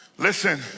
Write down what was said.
Listen